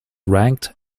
ranked